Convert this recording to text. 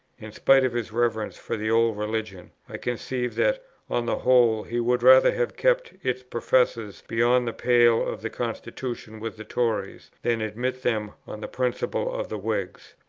in spite of his reverence for the old religion, i conceive that on the whole he would rather have kept its professors beyond the pale of the constitution with the tories, than admit them on the principles of the whigs.